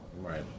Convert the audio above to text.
Right